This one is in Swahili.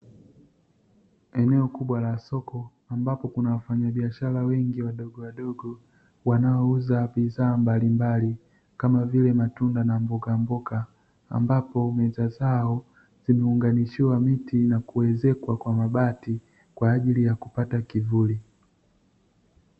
Eneo kubwa la soko ambapo kuna wafanyabiashara wengi wadogowadogo, wanaouza bidhaa mbalimbali kama vile matunda na mbogamboga, ambapo meza zao zimeunganishiwa miti na kuezekwa kwa mabati kwa ajili ya kupata kivuli.